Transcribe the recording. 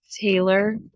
Taylor